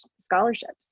scholarships